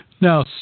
now